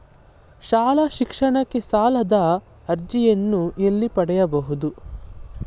ಶಾಲಾ ಶಿಕ್ಷಣಕ್ಕೆ ಸಾಲದ ಅರ್ಜಿಯನ್ನು ಎಲ್ಲಿ ಪಡೆಯಬಹುದು?